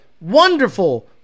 wonderful